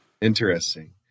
interesting